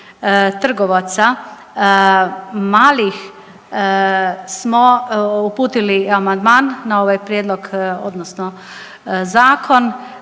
trgovaca, malih smo uputili amandman na ovaj prijedlog odnosno zakon